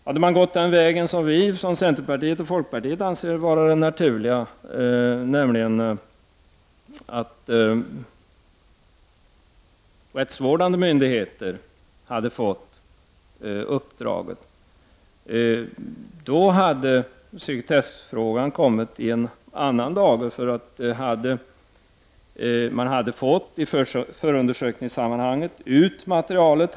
Hade man gått den väg som centerpartiet och folkpartiet anser vara den naturliga, nämligen att låta rättsvårdande myndigheter få uppdraget, så hade sekretessfrågan kommit i en annan dager. Man hade i förundersökningssammanhanget fått ut materialet.